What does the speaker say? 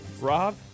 Rob